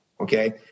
Okay